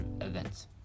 events